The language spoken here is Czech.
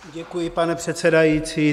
Děkuji, pane předsedající.